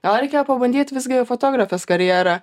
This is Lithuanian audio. gal reikėjo pabandyt visgi fotografės karjera